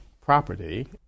property